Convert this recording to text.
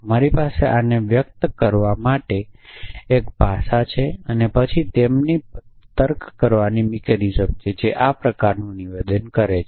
મારી પાસે આને વ્યક્ત કરવા માટેની એક ભાષા છે અને પછી તેમની પાસે તર્ક કરવાની મિકેનિઝમ છે જે આ પ્રકારનું નિવેદન કરે છે